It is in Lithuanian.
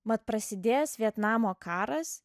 mat prasidėjęs vietnamo karas